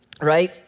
right